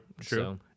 true